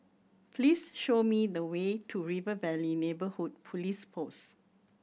please show me the way to River Valley Neighbourhood Police Post